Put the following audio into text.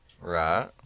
Right